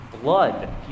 blood